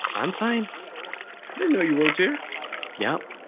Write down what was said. i'm fine i didn't know you worked here yeah,